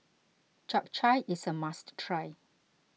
Chap Chai is a must try